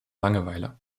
langeweile